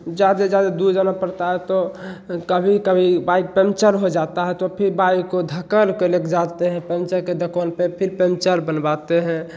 ज़्यादा से ज़्यादा दूर जाना पड़ता है तो कभी कभी बाइक पंचर हो जाता है तो फिर बाइक को धक्का ले के जाते हैं पंचर की दुकान पर फिर पंचर बनवाते हैं